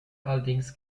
allerdings